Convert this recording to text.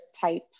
type